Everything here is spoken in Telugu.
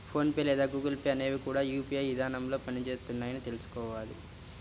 ఫోన్ పే లేదా గూగుల్ పే అనేవి కూడా యూ.పీ.ఐ విధానంలోనే పని చేస్తున్నాయని తెల్సుకోవాలి